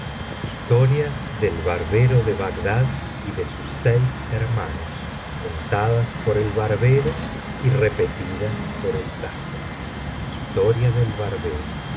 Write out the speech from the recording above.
historias del barbero de eagdad y de sus seis hermanos contadas por el eaiibeleo y repetidas fqk el sastre historia del barbero